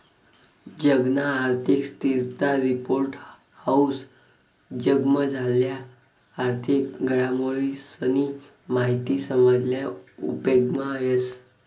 जगना आर्थिक स्थिरता रिपोर्ट हाऊ जगमझारल्या आर्थिक घडामोडीसनी माहिती समजाले उपेगमा येस